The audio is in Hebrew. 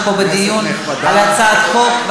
אנחנו פה בדיון על הצעת חוק.